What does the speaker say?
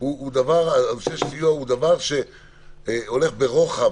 הוא דבר שהולך לרוחב,